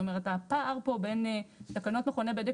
זאת אומרת הפער פה בין תקנות מכוני בדק